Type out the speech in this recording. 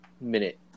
minute